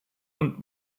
und